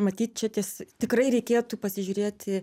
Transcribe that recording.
matyt čia ties tikrai reikėtų pasižiūrėti